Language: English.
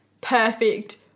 perfect